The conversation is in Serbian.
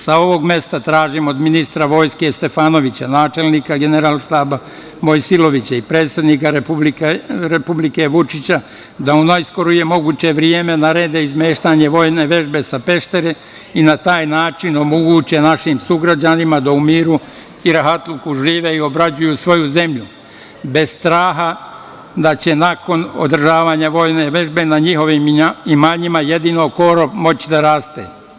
Sa ovog mesta tražim od ministra Vojske Stefanovića, načelnika generalštaba Mojsilovića i predsednika Republike Vučića da u najskorije moguće vreme narede izmeštanje vojne vežbe sa Peštere i na taj način omoguće našim sugrađanima da u miru i rahatluku žive i obrađuju svoju zemlju, bez straha da će nakon održavanja vojne vežbe na njihovim imanjima jedino korov moći da raste.